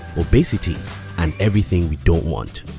obesity and everything we don't want.